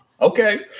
okay